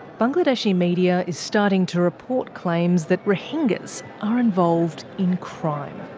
bangladeshi media is starting to report claims that rohingyas are involved in crime.